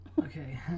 Okay